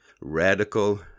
radical